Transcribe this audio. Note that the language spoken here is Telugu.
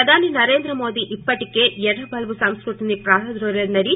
ప్రధాని నరేంద్ర మోదీ ఇప్పటికే ఎర్ర బల్బు సంస్కృతిని వారద్రోలారని